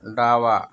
डावा